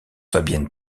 fabienne